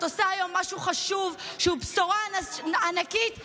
חיים שכאלה, להגיד כזה דבר?